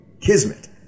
Kismet